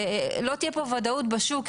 לא תהיה פה ודאות בשוק.